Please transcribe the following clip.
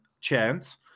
Chance